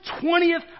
twentieth